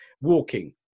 walking